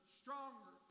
stronger